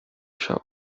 شوند